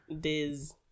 Diz